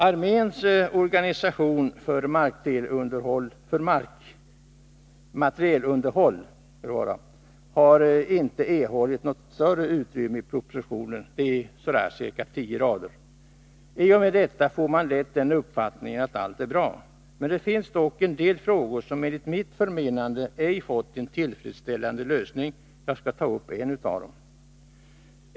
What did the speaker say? Arméns organisation för materielunderhåll har inte erhållit något större utrymme i propositionen — ca 10 rader. I och med detta får man lätt den uppfattningen att allt är bra. Det finns dock en del frågor som enligt mitt förmenande ej fått en tillfredsställande lösning. Jag skall ta upp en av dem.